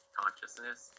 consciousness